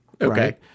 Okay